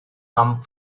come